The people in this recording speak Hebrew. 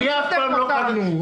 אתה הורס לי את החינוך.